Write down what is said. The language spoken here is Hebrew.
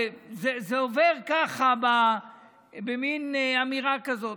וזה עובר ככה, במין אמירה כזאת.